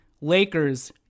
Lakers